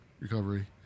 Recovery